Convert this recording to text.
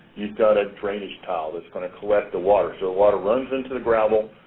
you've got a drainage tile that's going to collect the water. so water runs into the gravel,